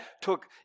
took